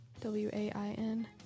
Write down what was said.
W-A-I-N